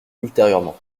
ultérieurement